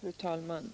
Fru talman!